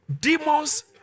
Demons